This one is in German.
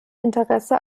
interesse